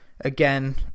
again